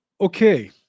Okay